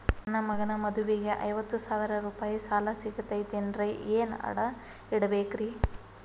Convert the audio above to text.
ನನ್ನ ಮಗನ ಮದುವಿಗೆ ಐವತ್ತು ಸಾವಿರ ರೂಪಾಯಿ ಸಾಲ ಸಿಗತೈತೇನ್ರೇ ಏನ್ ಅಡ ಇಡಬೇಕ್ರಿ?